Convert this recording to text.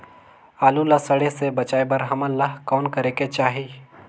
आलू ला सड़े से बचाये बर हमन ला कौन करेके चाही?